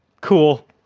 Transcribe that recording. Cool